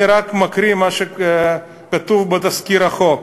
אני רק מקריא מה שכתוב בתזכיר החוק: